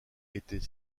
était